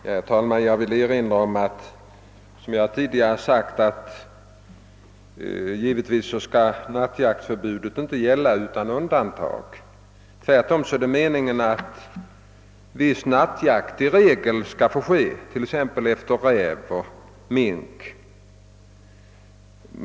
Herr talman! Jag vill erinra om vad jag tidigare har sagt, att nattjaktförbudet givetvis inte skall gälla utan undantag. Tvärtom är det meningen att nattjakt i regel skall få bedrivas efter t.ex. räv och mink.